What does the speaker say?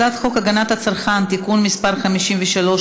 הצעת חוק הגנת הצרכן (תיקון מס' 53),